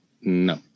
No